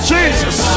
Jesus